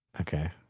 Okay